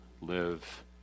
live